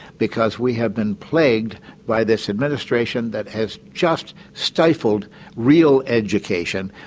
because we have been plagued by this administration that as just stifled real education.